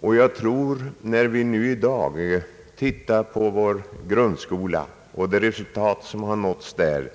Och jag tror, när vi i dag tittar på vår grundskola och det resultat som har nåtts där,